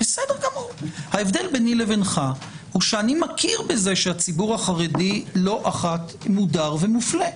ההבדל בינינו הוא שאני מכיר בזה שהציבור החרדי לא אחת מודר ומופלה.